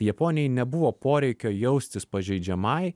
japonijai nebuvo poreikio jaustis pažeidžiamai